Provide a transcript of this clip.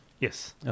Yes